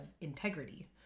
integrity